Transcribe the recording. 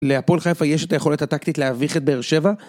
להפועל חיפה יש את היכולת הטקטית להביך את באר שבע.